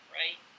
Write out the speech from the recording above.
right